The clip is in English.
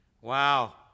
Wow